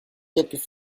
quelques